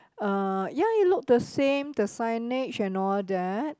uh ya it look the same the signage and all that